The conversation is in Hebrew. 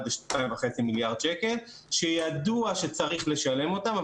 זה 2.5 מיליארד שקל שידוע שצריך לשלם אותם,